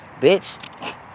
Bitch